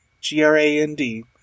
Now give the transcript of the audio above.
G-R-A-N-D